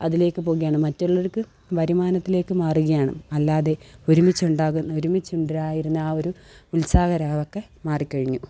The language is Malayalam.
അതിലേക്ക് പോവുകയാണ് മറ്റുള്ളവർക്ക് വരുമാനത്തിലേക്ക് മാറുകയാണ് അല്ലതെ ഒരുമിച്ചുണ്ടാകുന്ന ഒരുമിച്ചുണ്ടായിരുന്ന ആ ഒരു ഉത്സാഹ രാവൊക്കെ മാറിക്കഴിഞ്ഞു